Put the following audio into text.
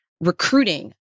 Recruiting